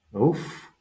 Oof